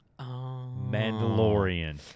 Mandalorian